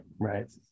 Right